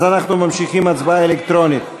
אז אנחנו ממשיכים בהצבעה אלקטרונית.